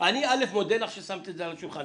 אני מודה לך ששמת את זה על השולחן.